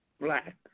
black